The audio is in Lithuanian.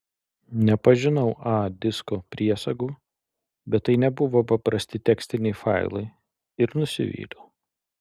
nepažinau a disko priesagų bet tai nebuvo paprasti tekstiniai failai ir nusivyliau